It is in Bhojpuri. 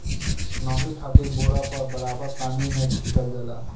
नमी खातिर बोरा पर बराबर पानी के छीटल जाला